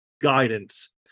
guidance